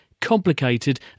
complicated